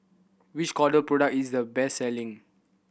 which Kordel product is the best selling